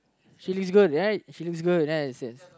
she's looks good right she looks good right yes yes